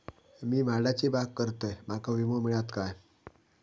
मी माडाची बाग करतंय माका विमो मिळात काय?